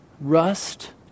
rust